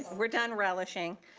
we're done relishing.